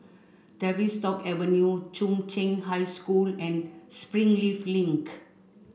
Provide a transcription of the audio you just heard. Tavistock Avenue Chung Cheng High School and Springleaf Link